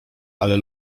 ale